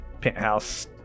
penthouse